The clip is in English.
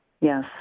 Yes